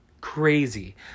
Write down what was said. crazy